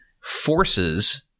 forces